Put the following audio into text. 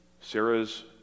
Sarah's